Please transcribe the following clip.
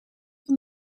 van